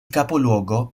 capoluogo